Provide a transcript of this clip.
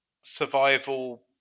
survival